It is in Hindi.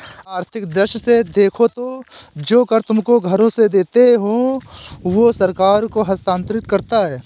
आर्थिक दृष्टि से देखो तो जो कर तुम घरों से देते हो वो सरकार को हस्तांतरित होता है